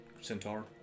centaur